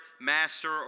Master